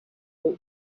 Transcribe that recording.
but